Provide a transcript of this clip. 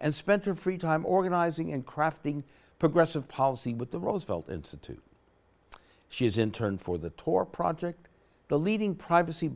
and spent her free time organizing and crafting progressive policy with the roosevelt institute she is in turn for the tour project the leading privacy